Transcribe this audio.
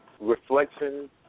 reflection